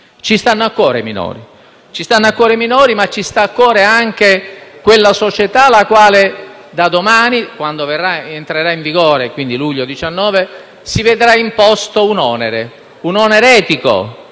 Ci stanno a cuore i minori, ma ci sta a cuore anche quella società la quale da domani, quando il provvedimento entrerà in vigore, si vedrà imposto un onere; un onere etico,